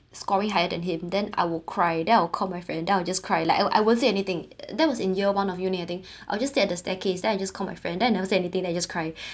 scoring higher than him then I will cry then I will call my friend then I will just cry like I I won't say anything that was in year one of uni I think I'll just sit at the staircase then I just call my friend then I never said anything then just cry